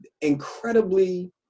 incredibly